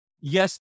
yes